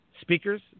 Speakers